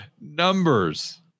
numbers